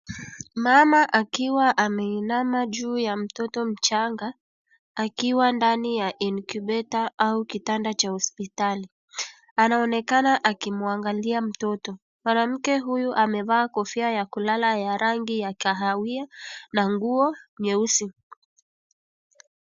Mama akiwa ameinama juu ya mtoto mchanga, akiwa ndani ya incubator au kitanda cha hospitali. Anaonekana akimwangalia mtoto. Mwanamke huyu amevalia kofia ya kulala ya rangi ya kahawia na nguo nyeusi.